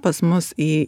pas mus į